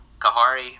Kahari